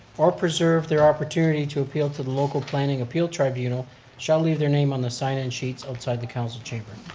or preserve their opportunity to appeal to the local planning appeal tribunal shall leave their name on the sign-in sheets outside the council chamber.